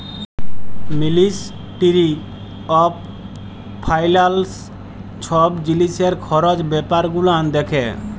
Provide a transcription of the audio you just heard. ministry of finance ছব জিলিসের খরচ ব্যাপার গুলান দ্যাখে